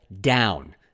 down